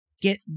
get